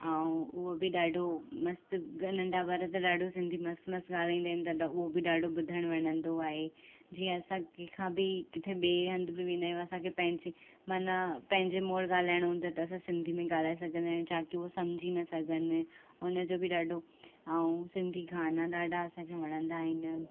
ऐं उहा बि ॾाढो मस्तु ग नंढा ॿार त ॾाढो सिंधी मस्तु मस्तु ॻाल्हाईंदा आहिनि ॾाढा उहो बि ॾाढो ॿुधण वणंदो आहे जीअं असां कंहिंखां बि कीथे ॿे हंधु बि वेंदा आहियूं असांखे पंहिंजी माना पंहिंजे मोड़ ॻाल्हाइण हूंदो त असां सिंधी में ॻाल्हाए सघंदा आहियूं छाकी उहो समुझी न सघनि हुनजो बि ॾाढो ऐं सिंधी गाना ॾाढा असांखे वणंंदा आहिनि